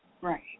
Right